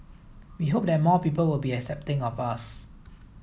we hope that more people will be accepting of us